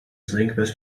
drinkbus